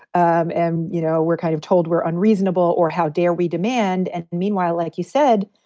um and, you know, we're kind of told we're unreasonable or how dare we demand. and meanwhile, like you said,